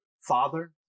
father